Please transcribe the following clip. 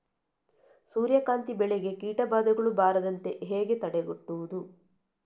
ಸೂರ್ಯಕಾಂತಿ ಬೆಳೆಗೆ ಕೀಟಬಾಧೆಗಳು ಬಾರದಂತೆ ಹೇಗೆ ತಡೆಗಟ್ಟುವುದು?